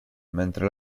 mentre